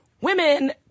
Women